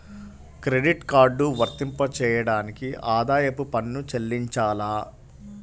Credit card వర్తింపజేయడానికి ఆదాయపు పన్ను చెల్లించాలా?